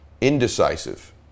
indecisive